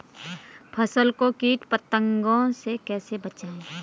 फसल को कीट पतंगों से कैसे बचाएं?